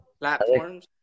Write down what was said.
Platforms